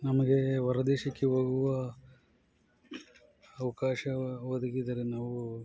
ನಮಗೆ ಹೊರ ದೇಶಕ್ಕೆ ಹೋಗುವ ಅವಕಾಶ ಒದಗಿದರೆ ನಾವು